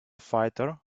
fighter